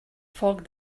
foc